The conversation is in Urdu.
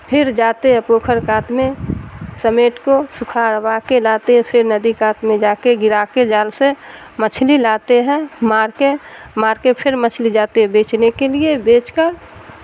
پھر جاتے ہیں پوکھر کات میں سمیٹ کو سکھا ابا کے لاتے پھر ندی کات میں جا کے گرا کے جال سے مچھلی لاتے ہیں مار کے مار کے پھر مچھلی جاتے بیچنے کے لیے بیچ کر